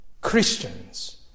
Christians